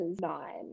nine